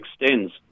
extends